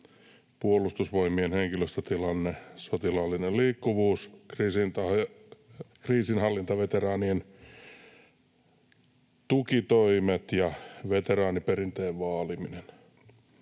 Puolustusvoimien henkilöstötilanne, sotilaallinen liikkuvuus, kriisinhallintaveteraanien tukitoimet ja veteraaniperinteen vaaliminen